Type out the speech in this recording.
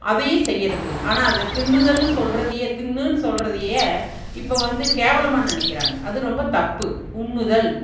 அதையே செய்கிறது இல்லை ஆனால் அது தின்னுதலெனு சொல்கிறதையே தின்னுன்னு சொல்கிறதையே இப்போது வந்து கேவலமாக நினைக்கிறாங்க அது ரொம்ப தப்பு உண்ணுதல்